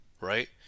right